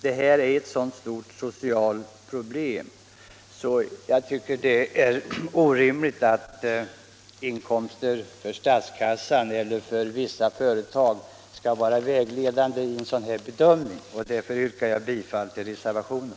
Detta är ett så stort socialt problem att jag tycker det är orimligt att inkomster för statskassan eller för vissa företag skall vara vägledande vid en bedömning. Därför yrkar jag bifall till reservationen.